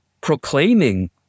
proclaiming